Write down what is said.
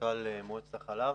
מנכ"ל מועצת החלב.